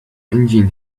engine